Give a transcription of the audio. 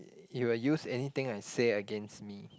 you will use anything I say against me